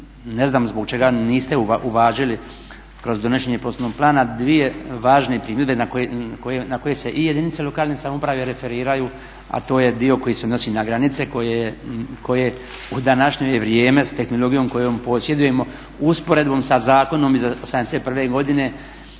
ne znam zbog čega niste uvažili kroz donošenje prostornog plana dvije važne primjedbe na koje se i jedinice lokalne samouprave referiraju, a to je dio koji se odnosi na granice koje u današnje vrijeme s tehnologijom kojom posjedujemo, usporedbom sa zakonom iz '81.godine,